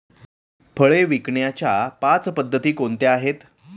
फळे विकण्याच्या पाच पद्धती कोणत्या आहेत?